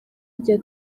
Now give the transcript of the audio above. rya